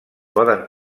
poden